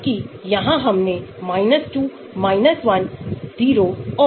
जबकि अगर हमारे पास एक इलेक्ट्रॉन दान है और फिर जैविक गतिविधि कम हो जाती है